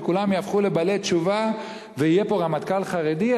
וכולם יהפכו לבעלי תשובה ויהיה פה רמטכ"ל חרדי?